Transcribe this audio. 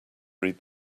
read